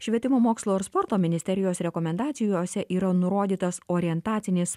švietimo mokslo ir sporto ministerijos rekomendacijose yra nurodytas orientacinis